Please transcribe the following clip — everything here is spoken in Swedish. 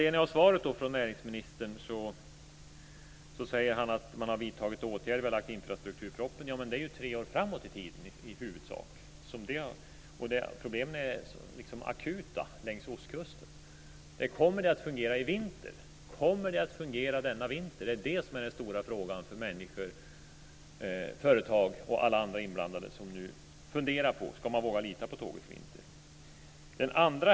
Näringsministern sade i sitt svar att åtgärder har vidtagits. Infrastrukturpropositionen har lagts fram. Ja, men den ser i huvudsak tre år framåt i tiden. Problemen är akuta längs ostkusten. Kommer det att fungera i vinter? Det är den stora frågan för människor, företag och alla andra inblandade som funderar på om det går att lita på tåget eller inte.